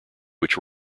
which